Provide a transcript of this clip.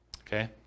Okay